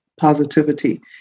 positivity